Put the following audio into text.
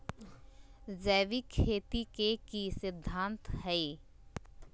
जैविक खेती के की सिद्धांत हैय?